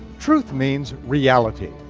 truth means reality,